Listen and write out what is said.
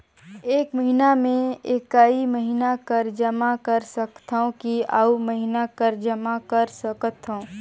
एक महीना मे एकई महीना कर जमा कर सकथव कि अउ महीना कर जमा कर सकथव?